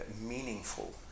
meaningful